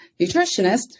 nutritionist